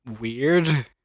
Weird